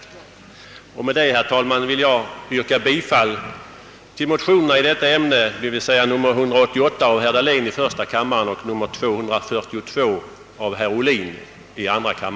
Därför ber jag, herr talman, att få yrka bifall till de likalydande motionerna 1:188 av herr Dahlén m.fl. och II: 242 av herr Ohlin m fl.